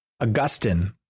Augustine